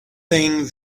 thing